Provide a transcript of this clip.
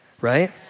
right